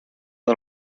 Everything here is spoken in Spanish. del